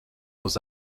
nos